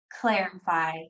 clarify